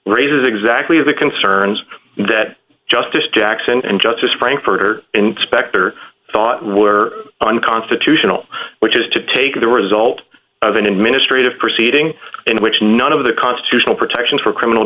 raises exactly the concerns that justice jackson and justice frankfurter inspector thought were unconstitutional which is to take the result of an administrative proceeding in which none of the constitutional protections for criminal